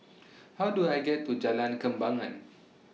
How Do I get to Jalan Kembangan